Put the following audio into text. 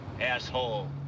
Asshole